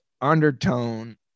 undertone